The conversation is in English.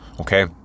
okay